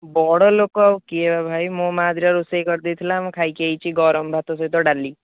ବଡ଼ ଲୋକ ଆଉ କିଏ ଭାଇ ମୋ ମାଆ ଦୁଇଟା ରୋଷେଇ କରି ଦେଇଥିଲା ମୁଁ ଖାଇକି ଆସିଛି ଗରମ ଭାତ ସହିତ ଡ଼ାଲି